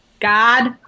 God